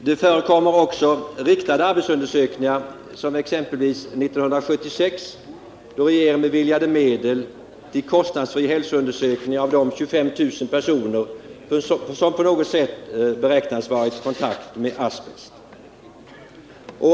Det förekommer också riktade arbetsundersökningar, som exempelvis 1976 då regeringen beviljade medel till kostnadsfri hälsoundersökning av de 25 000 personer som beräknades på något sätt ha varit i kontakt med asbest.